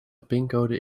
pincode